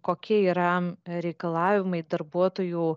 kokie yra reikalavimai darbuotojų